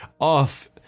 off